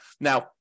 Now